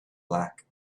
black